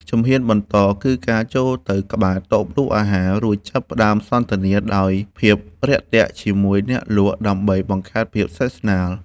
ជំហានបន្ត គឺការចូលទៅក្បែរតូបលក់អាហារ រួចចាប់ផ្ដើមសន្ទនាដោយភាពរាក់ទាក់ជាមួយអ្នកលក់ ដើម្បីបង្កើតភាពស្និទ្ធស្នាល។